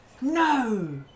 No